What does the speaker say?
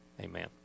amen